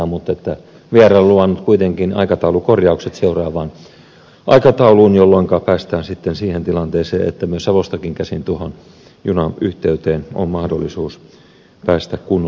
vr on luvannut kuitenkin aikataulukorjaukset seuraavaan aikatauluun jolloin päästään sitten siihen tilanteeseen että savostakin käsin tuohon junayhteyteen on mahdollisuus päästä kunnolla mukaan